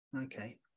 okay